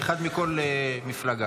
אחד מכל מפלגה.